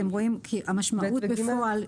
המשמעות בפועל,